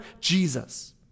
Jesus